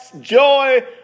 joy